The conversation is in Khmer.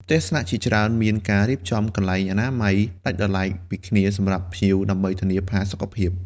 ផ្ទះស្នាក់ជាច្រើនមានការរៀបចំ កន្លែងអនាម័យ ដាច់ដោយឡែកពីគ្នាសម្រាប់ភ្ញៀវ ដើម្បីធានាផាសុកភាព។